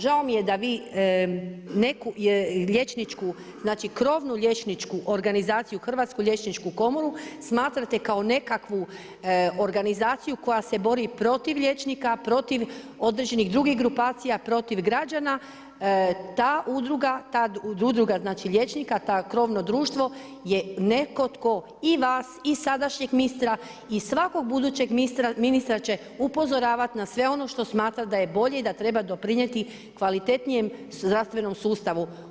Žao mi je da vi neku liječničku, znači krovnu liječničku organizaciju Hrvatsku liječničku komoru smatrate kao nekakvu organizaciju koja se bori protiv liječnika, protiv određenih drugih grupacija, protiv građana ta udruga znači liječnika, to krovno društvo je netko tko i vas i sadašnjeg ministra i svakog budućeg ministra će upozoravati na sve ono što smatra da je bolje i da treba doprinijeti kvalitetnijem zdravstvenom sustavu.